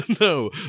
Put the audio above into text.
no